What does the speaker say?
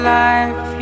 life